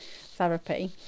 therapy